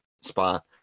spot